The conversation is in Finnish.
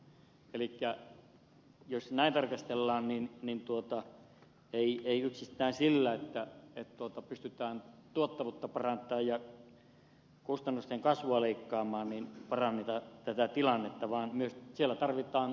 elikkä jos näin tarkastellaan niin ei yksistään sillä että pystytään tuottavuutta parantamaan ja kustannusten kasvua leikkaamaan paranneta tätä tilannetta vaan siellä tarvitaan ihan selkeitä euroja